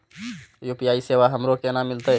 UPI सेवा हमरो केना मिलते?